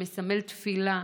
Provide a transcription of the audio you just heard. שמסמל תפילה,